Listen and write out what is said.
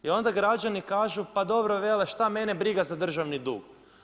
I onda građani kažu, pa dobro vele, šta mene briga za državni dug.